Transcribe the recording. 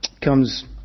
comes